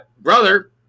brother